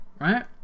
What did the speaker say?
right